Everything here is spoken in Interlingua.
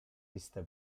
iste